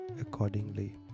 accordingly